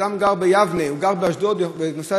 אדם שגר ביבנה או גר באשדוד והוא נוסע